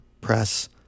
press